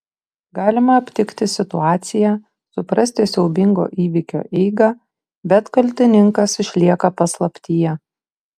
galima aptikti situaciją suprasti siaubingo įvykio eigą bet kaltininkas išlieka paslaptyje